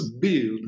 build